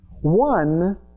One